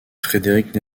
frédéric